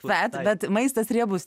fat bet maistas riebus